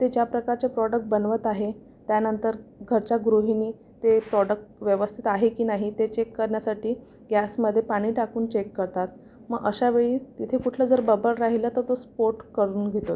ते ज्या प्रकारचे प्रॉडक्ट बनवत आहे त्यानंतर घरच्या गृहिणींनी ते प्रॉडक्ट व्यवस्थित आहे की नाही ते चेक करण्यासाठी गॅसमध्ये पाणी टाकून चेक करतात मग अशावेळी तिथे कुठला जर बब्बल राहिला तर तो स्फोट करून घेतो